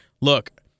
look